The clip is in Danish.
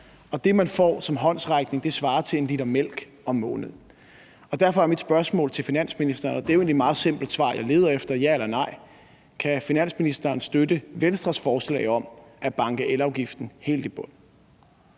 Og det, man får som håndsrækning, svarer til 1 l mælk om måneden. Derfor er mit spørgsmål til finansministeren – og det er jo egentlig et meget simpelt svar, jeg leder efter, et ja eller et nej: Kan finansministeren støtte Venstres forslag om at banke elafgiften helt i bund?